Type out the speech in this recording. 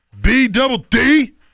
B-double-D